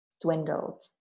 dwindled